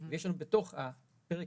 ויש לנו בתוך הפרק